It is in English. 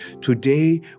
today